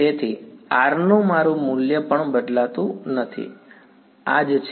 તેથી R નું મારું મૂલ્ય પણ બદલાતું નથી આ જ છે